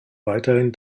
weiterhin